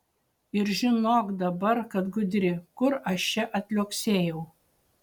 ir žinok dabar kad gudri kur aš čia atliuoksėjau